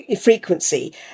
Frequency